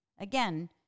Again